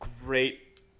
great